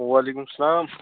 وعلیکُم السلام